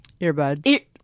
Earbuds